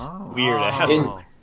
Weird-ass